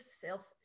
selfish